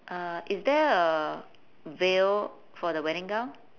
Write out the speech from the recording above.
uh is there a veil for the wedding gown